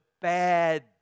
bad